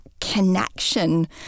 connection